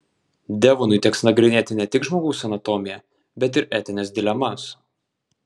devonui teks nagrinėti ne tik žmogaus anatomiją bet ir etines dilemas